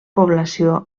població